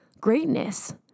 greatness